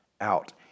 out